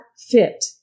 fit